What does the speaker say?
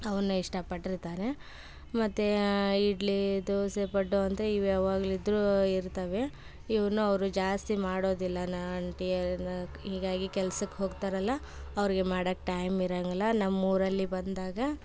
ಅವನ್ನ ಇಷ್ಟಪಟ್ಟಿರ್ತಾರೆ ಮತ್ತು ಇಡ್ಲಿ ದೋಸೆ ಪಡ್ಡು ಅಂತ ಇವು ಯಾವಾಗಲಿದ್ರೂ ಇರ್ತವೆ ಇವನ್ನು ಅವರು ಜಾಸ್ತಿ ಮಾಡೋದಿಲ್ಲ ನಾ ಹೀಗಾಗಿ ಕೆಲ್ಸಕ್ಕೆ ಹೋಗ್ತಾರಲ್ವ ಅವ್ರಿಗೆ ಮಾಡಕ್ಕೆ ಟೈಮ್ ಇರೋಂಗಿಲ್ಲ ನಮ್ಮೂರಲ್ಲಿ ಬಂದಾಗ